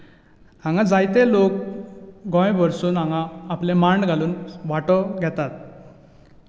हांगा जायते लोक गोंय भरसून हांगा आपले मांड घालून वांटो घेतात